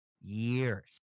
years